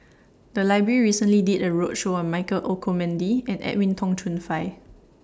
The Library recently did A roadshow on Michael Olcomendy and Edwin Tong Chun Fai